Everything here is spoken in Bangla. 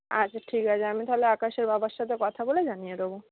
আচ্ছা ঠিক আছে আমি তাহলে আকাশের বাবার সাথে কথা বলে জানিয়ে দেবো